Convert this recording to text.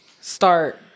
start